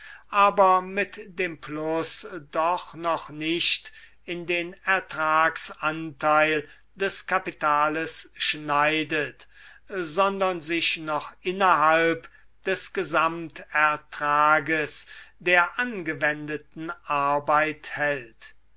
aber mit dem plus doch noc nicht in den ertragsanteil des kapitales schneidet sondern sie noch innerhalb des gesamtertrages der angewendeten arbeit